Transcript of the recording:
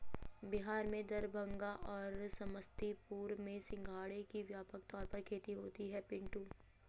बिहार में दरभंगा और समस्तीपुर में सिंघाड़े की व्यापक तौर पर खेती होती है पिंटू